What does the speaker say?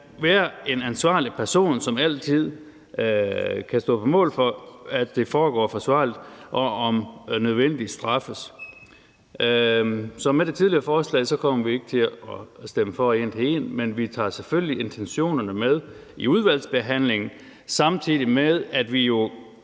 være en ansvarlig person, som altid kan stå på mål for, at det foregår forsvarligt, og om nødvendigt kan straffes. Som ved det tidligere forslag kommer vi ikke til at stemme for en til en, men vi tager selvfølgelig intentionerne med i udvalgsbehandlingen. Samtidig vil